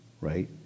right